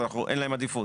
אז אין להם עדיפות.